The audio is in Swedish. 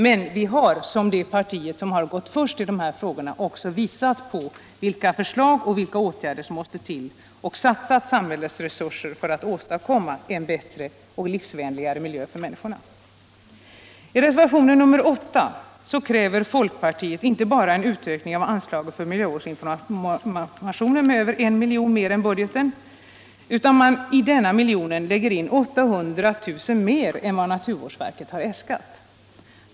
Men vi har, som det parti som har gått först i dessa frågor, också visat på vilka förslag och åtgärder som måste till, och vi har satsat samhällsresurser för att åstadkomma en bättre och livsvänligare miljö för män I reservationen 8 kräver folkpartiet inte bara en ökning av anslaget för miljövårdsinformation med över 1 milj.kr. mer än vad som föreslagits i budgetpropositionen, utan i denna miljon lägger man in 800 000 kr. mer än vad naturvårdsverket har äskat.